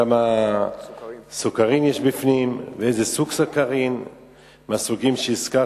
כמה סוכרים יש בפנים ואיזה סוג סוכרים מהסוגים שהזכרת.